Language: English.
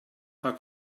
are